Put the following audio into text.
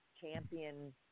champion